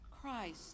Christ